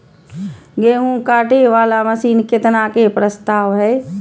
गेहूँ काटे वाला मशीन केतना के प्रस्ताव हय?